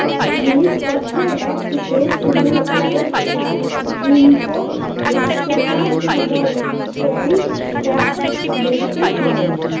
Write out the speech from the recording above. জিনিস পত্রের এক দেশ নু আরেকটায় ইম্পোর্ট এক্সপোর্টার সময় ট্যারিফ ট্যাক্স দিইতে হয়